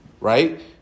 Right